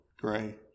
gray